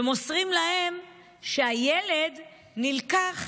ומוסרים להם שהילד נלקח